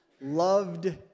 loved